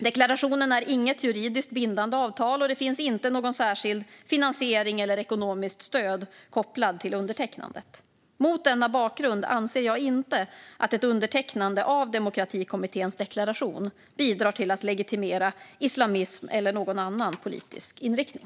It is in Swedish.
Deklarationen är inget juridiskt bindande avtal, och det finns inte någon särskild finansiering eller ekonomiskt stöd kopplade till undertecknandet. Mot denna bakgrund anser jag inte att ett undertecknande av demokratikommitténs deklaration bidrar till att legitimera islamism eller någon annan politisk inriktning.